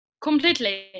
Completely